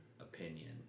opinion